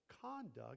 conduct